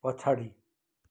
पछाडि